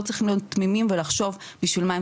שלא צריכים להיות תמימים ולחשוב בשביל מה הם